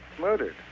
Murdered